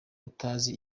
utazi